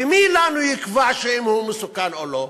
ומי יקבע לנו אם הוא מסוכן או לא?